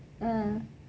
um